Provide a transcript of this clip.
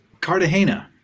Cartagena